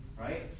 Right